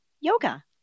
Yoga